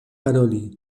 paroli